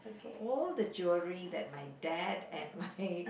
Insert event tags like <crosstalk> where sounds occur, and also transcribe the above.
all the jewellery that my dad and <laughs> my